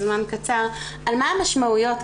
על מה המשמעויות,